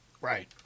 right